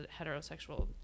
heterosexual